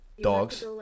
Dogs